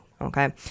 okay